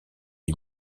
est